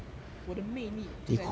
我的魅力就在这儿